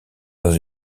dans